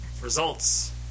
results